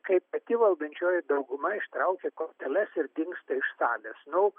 kai pati valdančioji dauguma ištraukia korteles ir dingsta iš salės nu